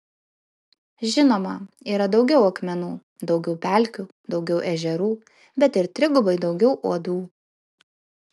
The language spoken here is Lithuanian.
žinoma yra daugiau akmenų daugiau pelkių daugiau ežerų bet ir trigubai daugiau uodų